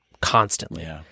constantly